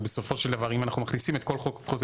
בסופו של דבר אם אנחנו מכניסים את כל חוק חוזה